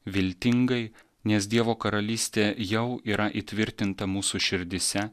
viltingai nes dievo karalystė jau yra įtvirtinta mūsų širdyse